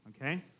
Okay